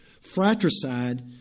Fratricide